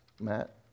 Matt